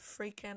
freaking